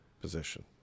position